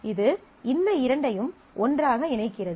இது இந்த இரண்டையும் ஒன்றாக இணைக்கிறது